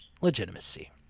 legitimacy